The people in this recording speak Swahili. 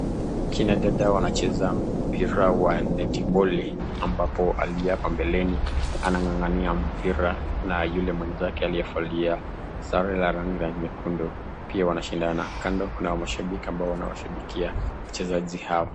Kina dada wanacheza mpira wa neti boli ambapo hapa mbeleni anangangania mpira na yule mwenzake aliyevalia sare ya rangi nyekundu pia wanashindana. Kando kuna mashabiki ambao wanashabikia wachezaji hawa.